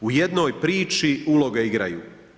U jednoj priči uloge igraju.